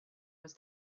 was